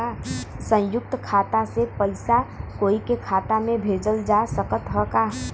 संयुक्त खाता से पयिसा कोई के खाता में भेजल जा सकत ह का?